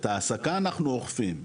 את ההעסקה אנחנו אוכפים,